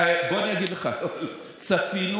אני אגיד לך: צפינו,